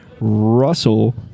Russell